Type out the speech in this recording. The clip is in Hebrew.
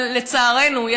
אבל לצערנו,